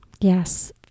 Yes